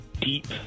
deep